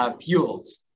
fuels